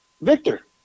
Victor